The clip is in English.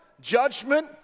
judgment